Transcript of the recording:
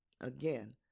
again